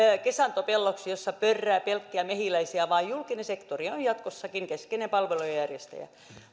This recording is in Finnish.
kesantopelloksi jossa pörrää pelkkiä mehiläisiä vaan julkinen sektori on jatkossakin keskeinen palvelujen järjestäjä